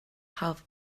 half